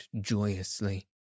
joyously